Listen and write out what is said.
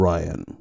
Ryan